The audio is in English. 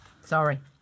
Sorry